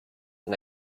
and